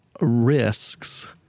risks